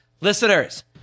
listeners